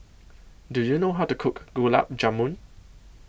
Do YOU know How to Cook Gulab Jamun